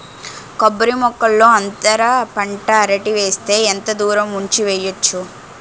కొబ్బరి మొక్కల్లో అంతర పంట అరటి వేస్తే ఎంత దూరం ఉంచి వెయ్యొచ్చు?